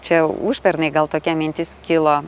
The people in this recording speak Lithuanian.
čia užpernai gal tokia mintis kilo